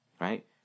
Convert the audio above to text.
Right